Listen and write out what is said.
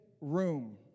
room